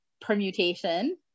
permutation